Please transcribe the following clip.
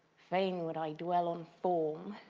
fain would i dwell on form,